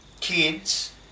kids